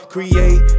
Create